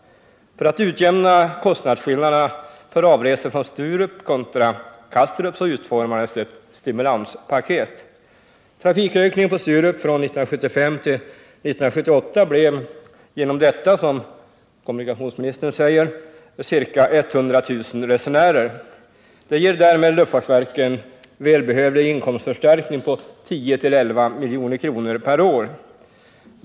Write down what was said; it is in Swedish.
För att utjämna kostnadsskillnaderna vid avresor från Sturup kontra Kastrup utformades ett stimulanspaket. Genom detta blev det under tiden från 1975 till 1978, som kommunikationsministern säger, en ökning av trafiken på Sturup med ca 100 000 resenärer. Det gav luftfartsverket en välbehövlig inkomstförstärkning på 10-11 milj.kr. per år.